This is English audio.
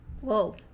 Whoa